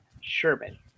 Sherman